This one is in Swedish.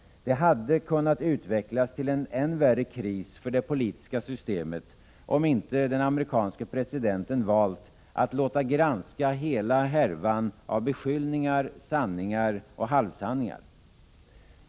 Det hade kunnat utvecklas till en än värre kris för det politiska systemet, om den amerikanska presidenten inte valt att låta granska hela härvan av beskyllningar, sanningar och halvsanningar.